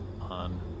on